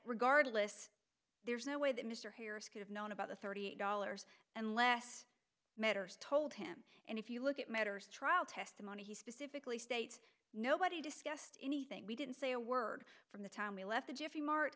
regardless there's no way that mr harris could have known about the thirty eight dollars and less matters told him and if you look at matters trial testimony specifically states nobody discussed anything we didn't say a word from the time we left the jiffy mart